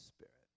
Spirit